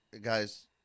Guys